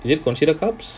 is it considered carbs